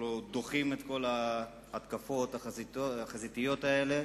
אנחנו דוחים את כל ההתקפות החזיתיות האלה.